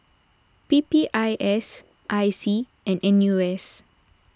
P P I S I C and N U S